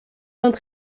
vingt